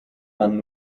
man